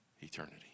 eternity